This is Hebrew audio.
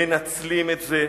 מנצלים את זה.